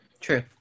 true